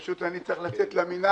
אני פשוט צריך לצאת למינהל.